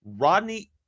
Rodney